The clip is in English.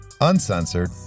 uncensored